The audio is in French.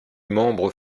membre